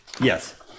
Yes